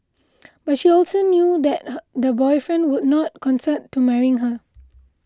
but she also knew that her the boyfriend would not consent to marrying her